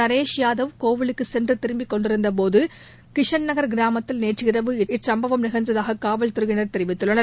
நரேஷ் யாதவ் கோயிலுக்கு சென்று திரும்பிக் கொண்டிருந்தபோது கிஷண்கர் கிராமத்தில் நேற்றிரவு இச்சம்பவம் நிகழ்ந்ததாக காவல்துறையினர் தெரிவித்துள்ளனர்